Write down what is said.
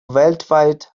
weltweit